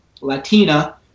Latina